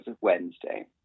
Wednesday